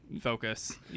focus